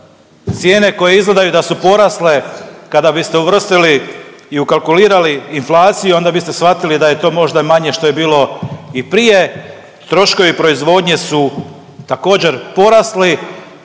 cijene koje izgledaju da su porasle kada biste uvrstili i ukalkulirali inflaciju onda biste shvatili da je to možda manje što je bilo i prije. troškovi proizvodnje su također porasli